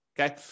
okay